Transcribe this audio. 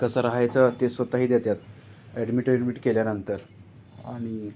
कसं राहायचं ते स्वत ही देतात ॲडमिट वेडमिट केल्यानंतर आणि